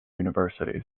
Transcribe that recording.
universities